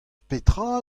petra